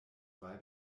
zwei